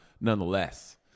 nonetheless